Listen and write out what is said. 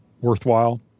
worthwhile